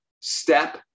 step